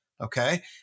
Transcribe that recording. okay